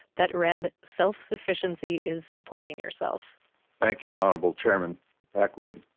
that read self-sufficiency is supporting yourself thank you, honorable chairman packwood.